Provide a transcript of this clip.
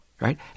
right